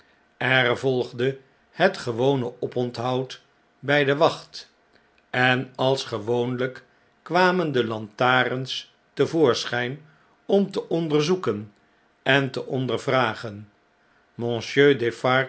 br volgde het gewone oponthoud bh de wacht en als gewoonlijk kwamen de lantarens te voorschijn om te onderzoeken en te ondervragen